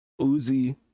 Uzi